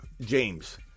James